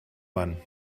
mann